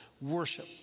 Worship